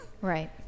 right